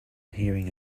hearing